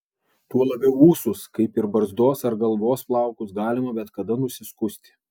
tuo labiau ūsus kaip ir barzdos ar galvos plaukus galima bet kada nusiskusti